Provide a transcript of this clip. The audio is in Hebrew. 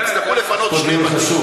תצטרכו לפנות שני בתים,